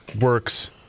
works